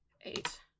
eight